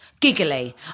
Giggly